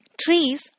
Trees